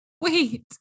wait